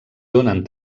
donen